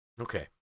Okay